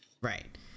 Right